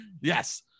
yes